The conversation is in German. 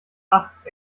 acht